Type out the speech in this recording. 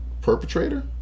perpetrator